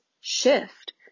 shift